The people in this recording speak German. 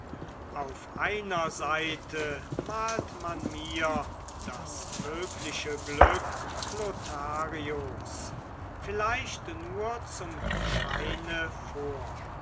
auf einer seite malt man mir das mögliche glück lotharios vielleicht nur zum scheine vor